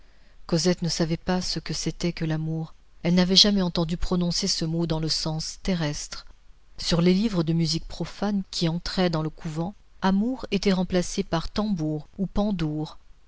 cosette ne savait pas ce que c'était que l'amour elle n'avait jamais entendu prononcer ce mot dans le sens terrestre sur les livres de musique profane qui entraient dans le couvent amour était remplacé par tambour ou pandour